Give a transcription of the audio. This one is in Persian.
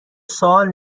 سوال